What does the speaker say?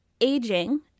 ...aging